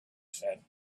said